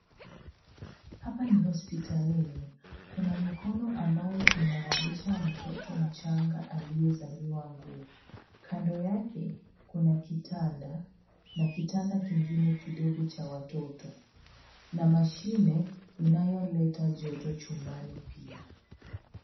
Hapa ni hospitalini. Kuna mikono ambayo inavalisha mtoto mchanga aliyezaliwa nguo. Kando yake kuna kitanda na kitanda kingine kidogo cha watoto. Na mashine inayoleta joto chumbani pia.